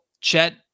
Chet